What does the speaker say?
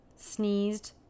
sneezed